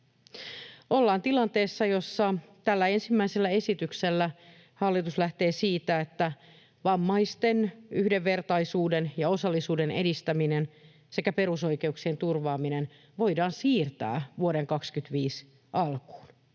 Ollaan tilanteessa, jossa tällä ensimmäisellä esityksellä hallitus lähtee siitä, että vammaisten yhdenvertaisuuden ja osallisuuden edistäminen sekä perusoikeuksien turvaaminen voidaan siirtää vuoden 25 alkuun.